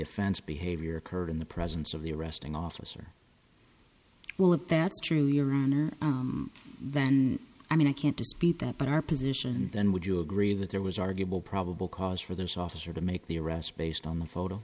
offense behavior occurred in the presence of the arresting officer well if that's true your honor then i mean i can't dispute that but our position then would you agree that there was arguable probable cause for this officer to make the arrest based on the photo